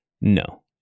no